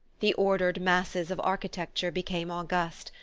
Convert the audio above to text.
the ordered masses of architecture became august,